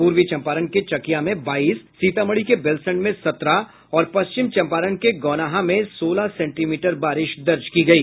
पूर्वी चंपारण के चकिया में बाईस सीतामढ़ी के बेलसंड में सत्रह और पश्चिम चंपारण के गौनाहा में सोलह सेंटीमीटर बारिश दर्ज की गयी